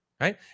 right